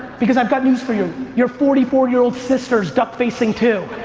because i've got news for you, your forty four year old sister's duckfacing too.